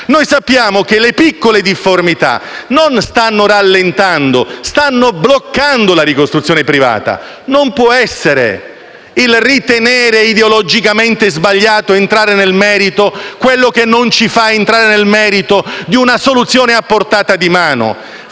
Noi sappiamo che le piccole difformità non stanno rallentando, stanno bloccando la ricostruzione privata. Non può essere il ritenere ideologicamente sbagliato entrare nel merito ciò che ci impedisce di entrare nel merito di una soluzione a portata di mano: